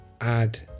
add